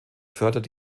fördert